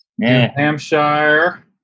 Hampshire